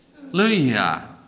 Hallelujah